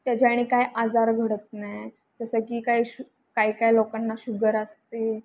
त्याच्याने काय आजार घडत नाही जसं की काय शु काही काय लोकांना शुगर असते